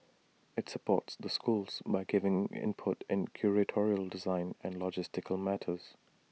IT supports the schools by giving input in curatorial design and logistical matters